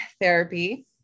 therapy